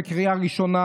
בקריאה ראשונה,